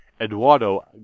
Eduardo